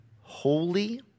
holy